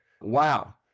wow